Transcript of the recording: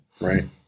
Right